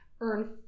earn